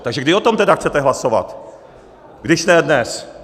Takže kdy o tom tedy chcete hlasovat, když ne dnes?